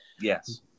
Yes